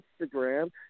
Instagram